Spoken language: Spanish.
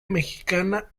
mexicana